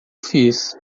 fiz